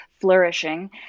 flourishing